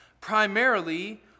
primarily